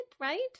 right